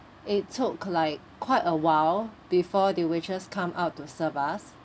it took like quite awhile before the waitress come out to serve us